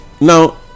Now